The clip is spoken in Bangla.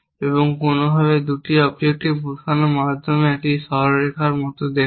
এবং কোনওভাবে 2টি অবজেক্ট বসানোর মাধ্যমে এটি একটি সরল রেখার মতো দেখায়